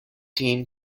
team